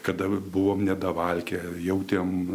kada buvom nevalgę jautėm